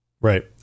Right